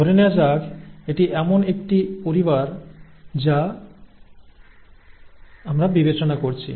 ধরে নেওয়া যাক এটি এমন একটি পরিবার যা আমরা বিবেচনা করছি